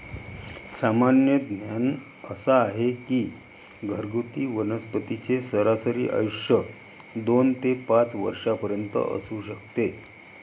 सामान्य ज्ञान असा आहे की घरगुती वनस्पतींचे सरासरी आयुष्य दोन ते पाच वर्षांपर्यंत असू शकते